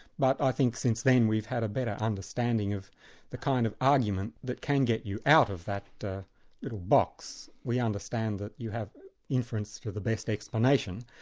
but i think, since then, we've had a better understanding of the kind of argument that can get you out of that little box. we understand that you have inference to the best explanation,